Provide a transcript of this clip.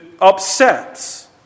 upsets